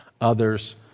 others